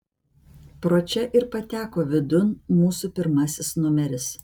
pro čia ir pateko vidun mūsų pirmasis numeris